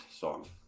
song